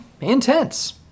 intense